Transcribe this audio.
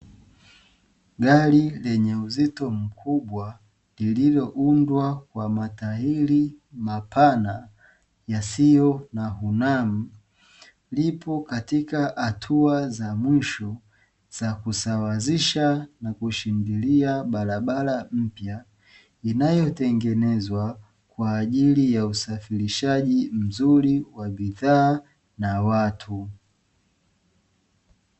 Gari lenye uzito mkubwa lililoundwa kwa matairi mapana yasiyo na hunamu, lipo katika hatua za mwisho za kusawazisha na kushikilia barabara mpya, inayotengenezwa kwa ajili ya usafirishaji mzuri wa bidhaa na watu.